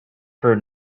heard